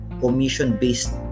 commission-based